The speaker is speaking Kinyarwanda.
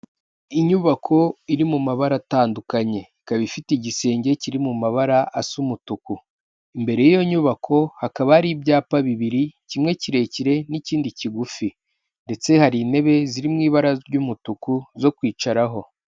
Inyubako iri mu mabara atandukanye ikaba ifite igisenge kiri mu mabara asa umutuku, imbere y'iyo nyubako hakaba hari ibyapa bibiri kimwe kirekire n'ikindi kigufi, ndetse hari intebe ziri mu ibara ry'umutuku zo kwicaraho.